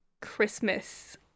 Christmas